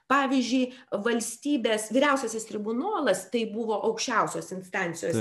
pavyzdžiui valstybės vyriausiasis tribunolas tai buvo aukščiausios instancijos